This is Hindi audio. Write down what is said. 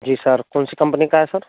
जी सर कौन सी कम्पनी का है सर